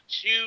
two